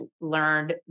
learned